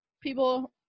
people